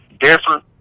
different